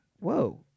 whoa